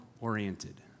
oriented